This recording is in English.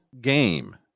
game